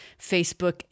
Facebook